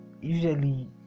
Usually